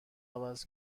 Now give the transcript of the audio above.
عوض